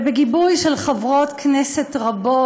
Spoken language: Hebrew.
ובגיבוי של חברות כנסת רבות,